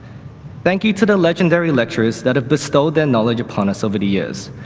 thank you to the legendary lecturers that have bestowed their knowledge upon us over the years.